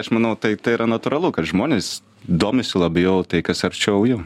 aš manau tai tai yra natūralu kad žmonės domisi labiau tai kas arčiau jų